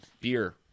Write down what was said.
beer